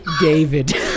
David